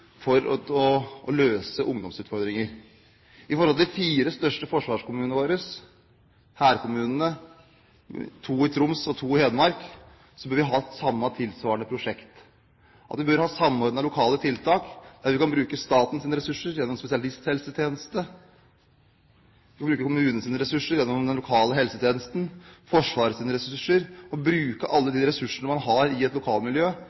to i Hedmark – bør ha tilsvarende prosjekt. Vi bør ha samordnede lokale tiltak, der vi kan bruke statens ressurser gjennom spesialisthelsetjenesten, vi kan bruke kommunenes ressurser gjennom den lokale helsetjenesten, og Forsvarets ressurser – bruke alle de ressursene man har i et lokalmiljø,